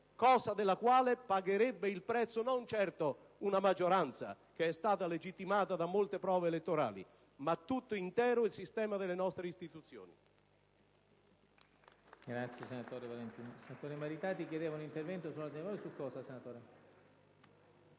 cosa della quale pagherebbe il prezzo, non certo una maggioranza legittimata da molte prove elettorali, ma tutto intero il sistema delle nostre istituzioni.